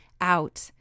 out